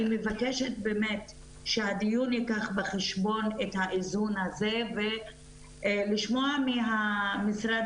אני מבקשת באמת שהדיון ייקח בחשבון את האיזון הזה ולשמוע ממשרד